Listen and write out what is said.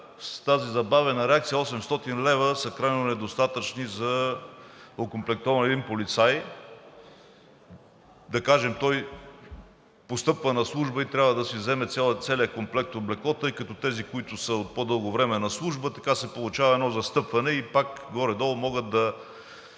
тази забавена реакция 800 лв. са крайно недостатъчно за окомплектуване на един полицай – да кажем, той постъпва на служба и трябва да си вземе целия комплект облекло, тъй като за тези, които са от по-дълго време на служба, се получава застъпване и пак горе-долу могат да